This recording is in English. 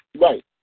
Right